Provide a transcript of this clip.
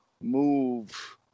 move